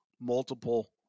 multiple